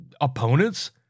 opponents